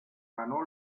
ganó